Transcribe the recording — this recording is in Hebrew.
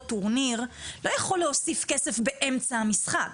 טורניר לא יכול להוסיף כסף באמצע המשחק.